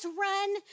run